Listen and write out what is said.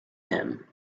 him